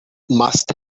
must